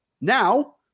Now